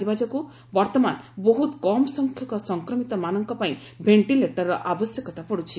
କରାଯିବା ଯୋଗୁଁ ବର୍ତ୍ତମାନ ବହୁତ କମ୍ ସଂଖ୍ୟକ ସଂକ୍ରମିତମାନଙ୍କ ପାଇଁ ଭେଷ୍ଟିଲେଟରର ଆବଶ୍ୟକତା ପଡ଼ୁଛି